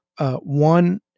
One